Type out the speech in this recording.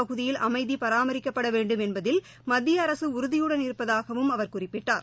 பகுதியில் அமைதிபராமரிக்கப்படவேண்டும் என்பதில் மத்தியஅரசுஉறுதியுடன் எல்லைப் இருப்பதாகவும் அவர் குறிப்பிட்டார்